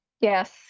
Yes